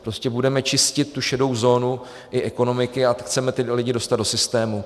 Prostě budeme čistit tu šedou zónu i ekonomiky a chceme tyto lidi dostat do systému.